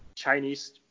Chinese